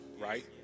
right